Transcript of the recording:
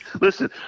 Listen